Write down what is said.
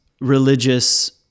religious